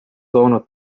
toonud